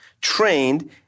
trained